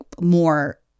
more